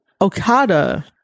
okada